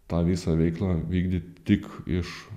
tą visą veiklą vykdyt tik iš